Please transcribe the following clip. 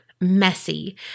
messy